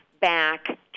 back